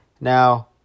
Now